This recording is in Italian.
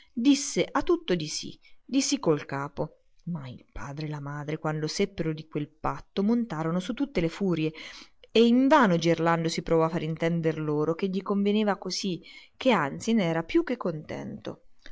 disse a tutto di sì di sì col capo ma il padre e la madre quando seppero di quel patto montarono su tutte le furie e invano gerlando si provò a far intender loro che gli conveniva così che anzi ne era più che contento